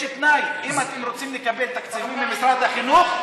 יש תנאי: אם אתם רוצים לקבל תקציבים ממשרד החינוך,